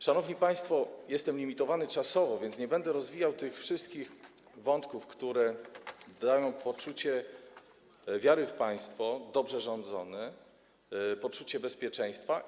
Szanowni państwo, jestem limitowany czasowo, więc nie będę rozwijał tych wszystkich wątków, które dają poczucie wiary w państwo dobrze rządzone, poczucie bezpieczeństwa.